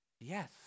Yes